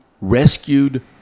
rescued